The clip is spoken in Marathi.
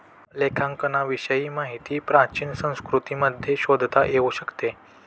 लेखांकनाविषयी माहिती प्राचीन संस्कृतींमध्ये शोधता येऊ शकते